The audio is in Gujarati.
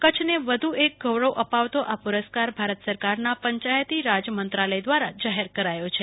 કચ્છ ને વધુ એક ગૌરવ અપાવતો આ પુરસ્કાર ભારત સરકારના પંચાયતી રાજ મંત્રાલય દ્વારા જાહેર કરાચો છે